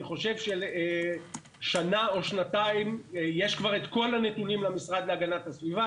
אני חושב ששנה או שנתיים יש כבר את כל הנתונים למשרד להגנת הסביבה,